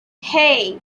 hey